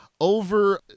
over